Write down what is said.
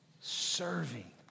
serving